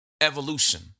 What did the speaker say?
Evolution